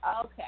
Okay